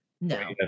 No